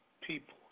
people